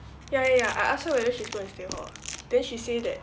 ya ya ya I ask her whether she's gonna stay hall ah then she say that